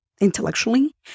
intellectually